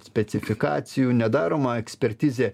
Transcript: specifikacijų nedaroma ekspertizė